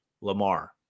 Lamar